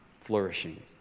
flourishing